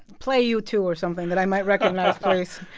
play u two or something that i might recognize, please.